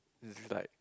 is like